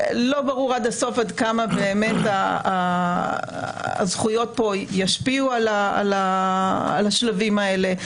לא ברור עד הסוף עד כמה באמת הזכויות פה ישפיעו על השלבים האלה.